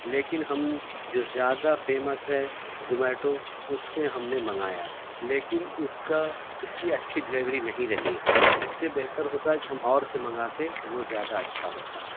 لیکن ہم جو زیادہ فیمس ہے زومیٹو اس سے ہم نے منگایا لیکن اس کا اس كی اچھی ڈیلیوری نہیں رہی اس سے بہتر ہوتا کہ ہم اور سے منگاتے تو وہ زیادہ اچھا ہوتا